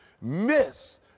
miss